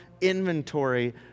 inventory